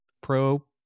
Pro